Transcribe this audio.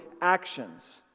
actions